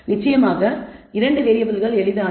நிச்சயமாக 2 வேறியபிள்கள் எளிதானது